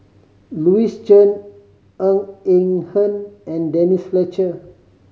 Louis Chen Ng Eng Hen and Denise Fletcher